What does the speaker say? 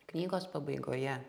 knygos pabaigoje